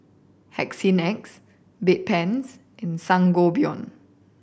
Hygin X Bedpans and Sangobion